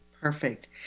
perfect